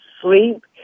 sleep